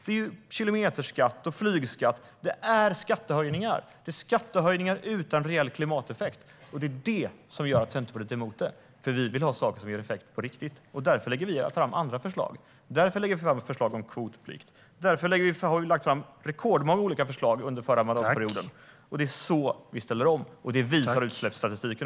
Det är kilometerskatt och flygskatt - skattehöjningar utan reell klimateffekt. Det är detta som gör att Centerpartiet är emot. Vi vill ha saker som ger effekt på riktigt, och därför lägger vi fram andra förslag. Därför lägger vi fram förslag om kvotplikt, och därför lade vi fram rekordmånga olika förslag under den förra mandatperioden. Det är så vi ställer om, och det visar också utsläppsstatistiken.